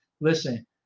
Listen